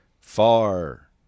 Far